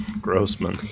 Grossman